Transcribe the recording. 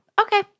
Okay